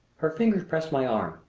her fingers pressed my arm.